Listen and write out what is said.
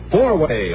Four-way